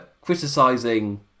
criticising